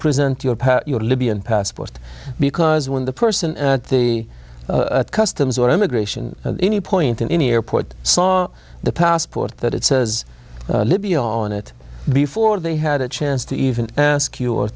present your power your libyan passport because when the person at the customs or immigration any point in any airport saw the passport that it says libby on it before they had a chance to even ask you or